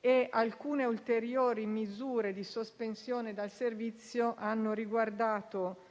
e alcune ulteriori misure di sospensione dal servizio hanno riguardato